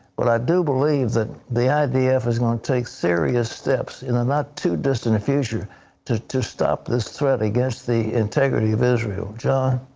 but i do believe the the idf is going to take serious steps in the not too distant future to to stop this threat against the integrity of israel. john?